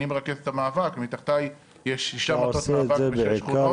אני מרכז את המאבק ומתחתיי יש שישה מטות מאבק בשש שכונות.